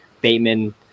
bateman